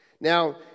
Now